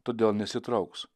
todėl nesitrauks